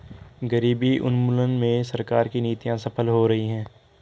गरीबी उन्मूलन में सरकार की नीतियां सफल हो रही हैं